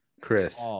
Chris